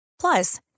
Plus